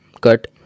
Cut